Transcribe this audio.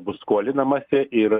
bus skolinamasi ir